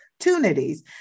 opportunities